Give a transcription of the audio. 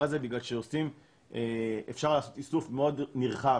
הזה בגלל שאפשר לעשות איסוף מאוד נרחב